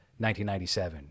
1997